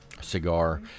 cigar